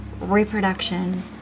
reproduction